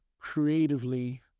creatively